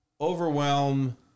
overwhelm